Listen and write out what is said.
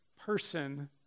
person